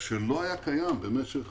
שלא היה קיים במשך